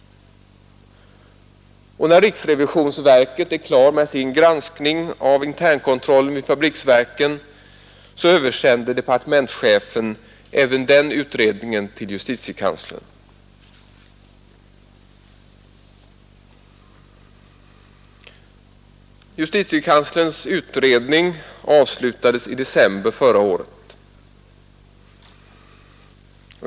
När riksrevisionsverket är klart med sin granskning av internkontrollen vid fabriksverken, översänder departementschefen även den utredningen till justitiekanslern. Justitiekanslerns utredning avslutades i december förra året.